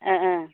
ओ ओ